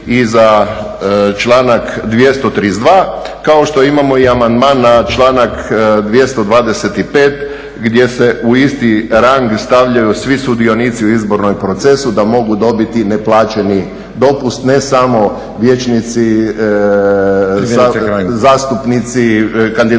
za članak 232.kao što imamo i amandman na članak 225.gdje se u isti rang stavljaju svi sudionici u izbornom procesu, da mogu dobiti neplaćeni dopust ne samo vijećnici, zastupnici, kandidati